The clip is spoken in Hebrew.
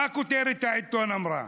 מה כותרת העיתון אמרה?